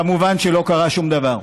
כמובן שלא קרה שום דבר,